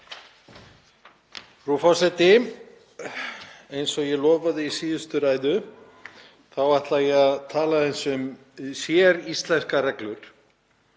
Frú forseti. Eins og ég lofaði í síðustu ræðu ætla ég að tala aðeins um séríslenskar reglur.